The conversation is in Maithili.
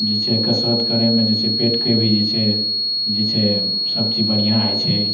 जे छै कसरत करैमे जे छै पेटके भी जे छै जे छै सबचीज बढ़िऑं होइ छै